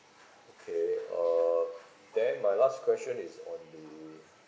okay uh then my last question is on the